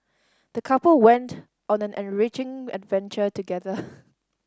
the couple went on an enriching adventure together